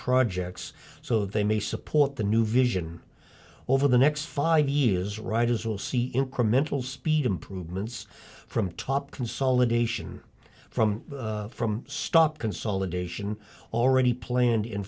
projects so they may support the new vision over the next five years riders will see incremental speed improvements from top consolidation from from stop consolidation already planned in